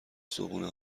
صبحونه